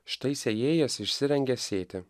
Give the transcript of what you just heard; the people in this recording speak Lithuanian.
štai sėjėjas išsirengė sėti